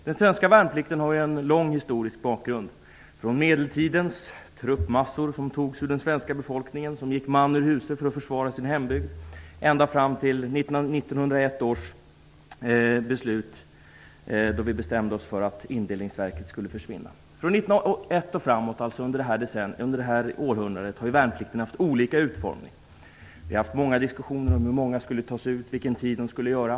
Den svenska värnplikten har en lång historia, från medeltidens truppmassor som togs ur den svenska befolkningen och som gick man ur huse för att försvara sin hembygd ända fram till 1901 års beslut om indelningsverkets avskaffande. Under detta århundrade - från 1901 och framåt - har värnplikten haft olika utformning. Det har förts många diskussioner om hur många som skulle tas ut och hur lång tid de skulle göra.